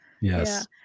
Yes